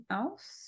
else